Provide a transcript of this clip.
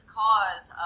cause